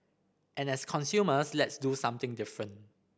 and as consumers let's do something different